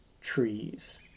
trees